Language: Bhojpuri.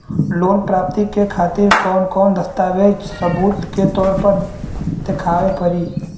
लोन प्राप्ति के खातिर कौन कौन दस्तावेज सबूत के तौर पर देखावे परी?